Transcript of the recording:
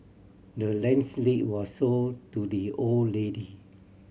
the land's lead was sold to the old lady